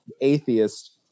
atheist